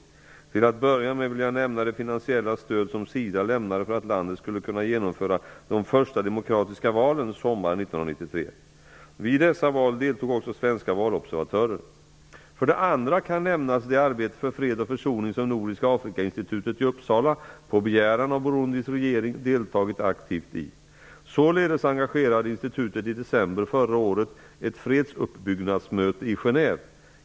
Till att börja med vill jag nämna det finansiella stöd som SIDA lämnade för att landet skulle kunna genomföra de första demokratiska valen sommaren 1993. Vid dessa val deltog också svenska valobservatörer. För det andra kan nämnas det arbete för fred och försoning som Nordiska afrikainstitutet i Uppsala på begäran av Burundis regering deltagit aktivt i. Således arrangerade institutet i december förra året ett fredsuppbyggnadsmöte i Genève.